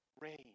Rain